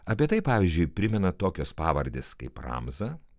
apie tai pavyzdžiui primena tokios pavardės kaip ramza